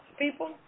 people